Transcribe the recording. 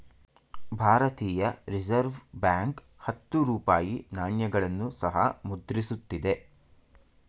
ಭಾರತೀಯ reserve bank ಹತ್ತು ರೂಪಾಯಿ ನಾಣ್ಯಗಳನ್ನು ಸಹ ಮುದ್ರಿಸುತ್ತಿದೆ